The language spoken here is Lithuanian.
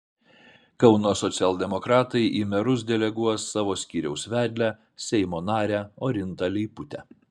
kauno socialdemokratai į merus deleguos savo skyriaus vedlę seimo narę orintą leiputę